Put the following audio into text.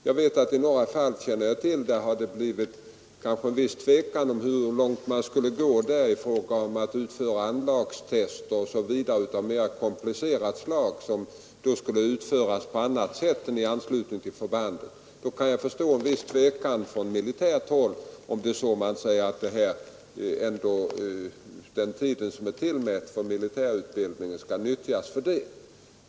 Jag känner till att det i en del fall uppstått en viss tvekan om hur långt man skulle gå när det gällt anlagstester osv. av mer komplicerat slag som skulle utföras på annat håll än på förbanden. Jag kan förstå om man på militärt håll är litet tveksam till att den tid som har avsatts för militärutbildning i för stor grad utnyttjas för detta ändamål.